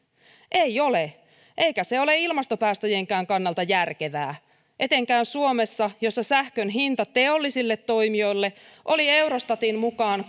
ei ole eikä se ole ilmastopäästöjenkään kannalta järkevää etenkään suomessa jossa sähkön hinta teollisille toimijoille oli eurostatin mukaan